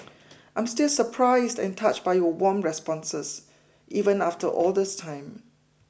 I'm still surprised and touched by your warm responses even after all this time